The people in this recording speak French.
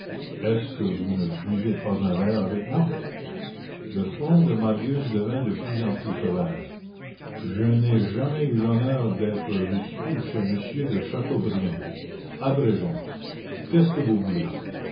est-ce que vous ne buvez pas un verre avec moi le front de marius devint de plus en plus sévère je n'ai jamais eu l'honneur d'être reçu chez monsieur de chateaubriand abrégeons qu'est-ce que vous voulez